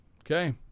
Okay